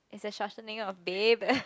is a shortening of babe